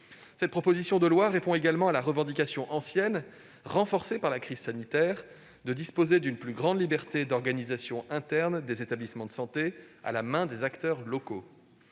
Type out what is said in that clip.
Cette proposition de loi répond également à la revendication, ancienne et renforcée par la crise sanitaire, visant à laisser une plus grande liberté d'organisation interne des établissements de santé à la main des acteurs locaux.